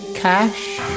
cash